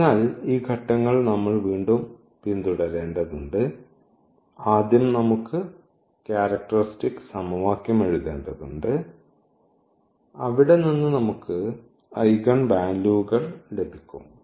അതിനാൽ ഈ ഘട്ടങ്ങൾ നമ്മൾ വീണ്ടും പിന്തുടരേണ്ടതുണ്ട് ആദ്യം നമുക്ക് ക്യാരക്ടറിസ്റ്റിക് സമവാക്യം എഴുതേണ്ടതുണ്ട് അവിടെ നിന്ന് നമുക്ക് ഐഗൺ വാല്യൂകൾ ലഭിക്കും